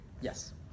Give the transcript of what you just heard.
Yes